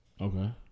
Okay